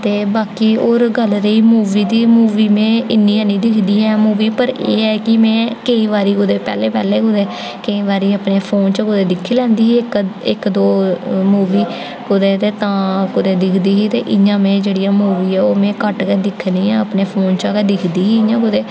ते बाकी होर गल्ल रेही मूवी दी मूवी में इ'न्नी ऐनी दिक्खदी पर एह् ऐ कि केईं बारी कुदै पैह्लें पैह्लें कुदै केईं बारी अपने फोन च दिक्खी लैंदी ही इक दो मूवी कुदै ते तां दिक्खदी ही ते इ'यां में जेह्ड़ी मूवी ऐ ओह् में घट्ट गै दिक्खनी ऐ अपने फोन च गै दिक्खदी इ'यां कुदै